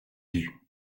lut